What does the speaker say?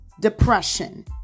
depression